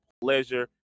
pleasure